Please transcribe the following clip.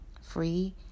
free